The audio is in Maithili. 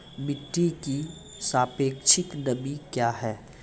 मिटी की सापेक्षिक नमी कया हैं?